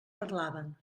parlaven